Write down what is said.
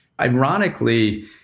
Ironically